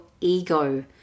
ego